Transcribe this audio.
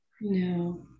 no